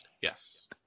Yes